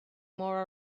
more